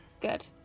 Good